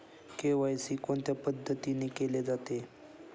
KYC कोणत्या पद्धतीने केले जाते?